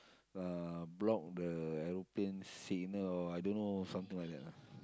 uh block the aeroplane signal or I don't know something like that ah